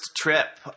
trip